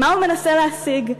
מה הוא מנסה להשיג,